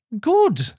good